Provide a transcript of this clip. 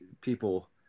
people